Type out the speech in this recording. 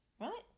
Right